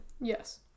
Yes